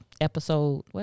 episode